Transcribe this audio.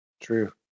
True